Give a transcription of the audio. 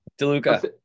DeLuca